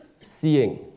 seeing